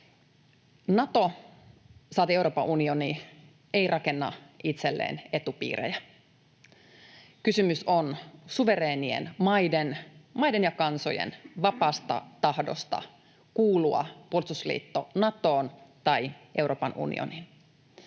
Nato, saati Euroopan unioni, ei rakenna itselleen etupiirejä. Kysymys on suvereenien maiden ja kansojen vapaasta tahdosta kuulua puolustusliitto Natoon tai Euroopan unioniin.